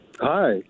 Hi